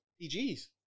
PG's